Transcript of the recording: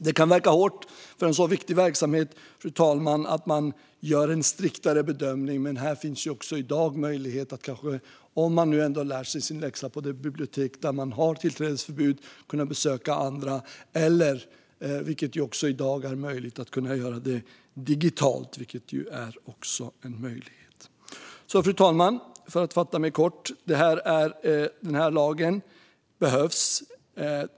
Det kan verka hårt för en så viktig verksamhet att det görs en striktare bedömning, fru talman, men det finns ju också möjlighet att, om man nu ändå lär sig sin läxa från det bibliotek där man har tillträdesförbud, besöka andra eller att göra det digitalt. Fru talman! För att fatta mig kort: Den här lagen behövs.